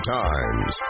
times